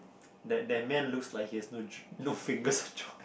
that that man looks like he has no jo~ no fingers or job